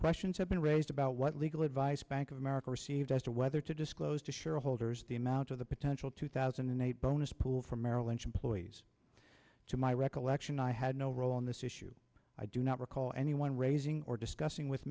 questions have been raised about what legal advice bank of america received as to whether to disclose to shareholders the amount of the potential to thaw in a bonus pool for merrill lynch employees to my recollection i had no role in this issue i do not recall anyone raising or discussing with